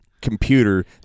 computer